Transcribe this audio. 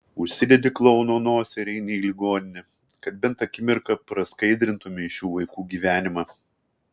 užsidedi klouno nosį ir eini į ligoninę kad bent akimirką praskaidrintumei šių vaikų gyvenimą